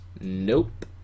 Nope